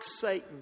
Satan